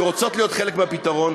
שרוצות להיות חלק מהפתרון,